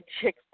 Chick